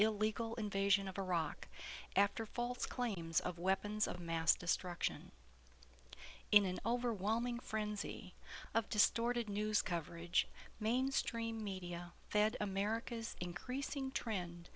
illegal invasion of iraq after false claims of weapons of mass destruction in an overwhelming frenzy of distorted news coverage mainstream media fed america's increasing trend